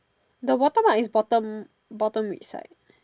the watermark is bottom bottom which side